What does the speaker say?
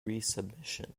resubmission